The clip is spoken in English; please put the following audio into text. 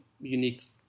unique